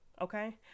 Okay